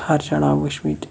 اُتار چَڑاو وٕچھمٕتۍ